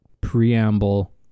preamble